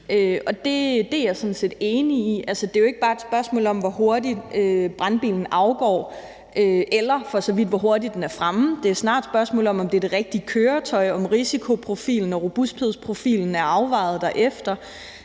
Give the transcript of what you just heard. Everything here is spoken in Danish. det er jeg sådan set enig i. Altså, det er jo ikke bare et spørgsmål om, hvor hurtigt brandbilen afgår, eller for så vidt hvor hurtigt den er fremme; det er snarere et spørgsmål om, om det er det rigtige køretøj, om risikoprofilen og robusthedsprofilen er afvejet derefter,